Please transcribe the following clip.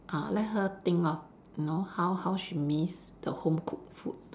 uh let her think of you know how how she miss the home cooked food